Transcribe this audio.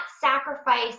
sacrifice